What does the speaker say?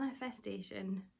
manifestation